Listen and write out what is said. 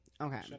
Okay